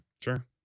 Sure